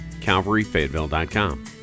calvaryfayetteville.com